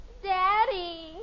Daddy